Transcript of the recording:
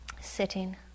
sitting